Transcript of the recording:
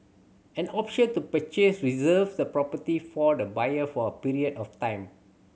an option to purchase reserves the property for the buyer for a period of time